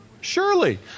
Surely